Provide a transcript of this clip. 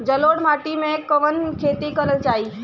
जलोढ़ माटी में कवन खेती करल जाई?